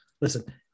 listen